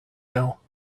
now